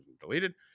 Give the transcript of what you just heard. deleted